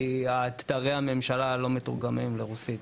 כי אתרי הממשלה לא מתורגמים לרוסית.